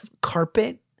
Carpet